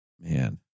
Man